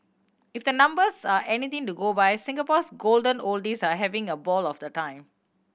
if the numbers are anything to go by Singapore's golden oldies are having a ball of the time